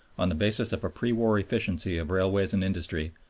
on the basis of a pre-war efficiency of railways and industry,